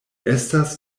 estas